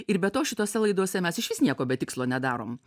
ir be to šitose laidose mes išvis nieko be tikslo nedarom